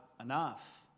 enough